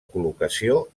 col·locació